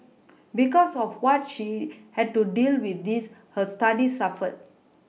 because of what she had to deal with this her Studies suffered